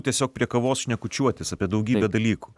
tiesiog prie kavos šnekučiuotis apie daugybę dalykų